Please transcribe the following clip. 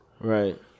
Right